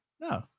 no